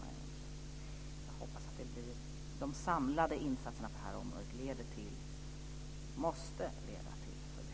Jag hoppas att de samlade insatserna på det här området leder till förbättringar - de måste göra det.